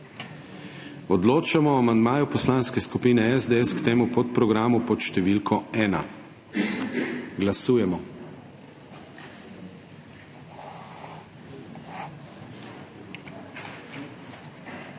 Odločamo o amandmaju Poslanske skupine SDS k temu podprogramu pod številko 1. Glasujemo.